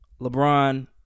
LeBron